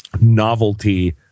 novelty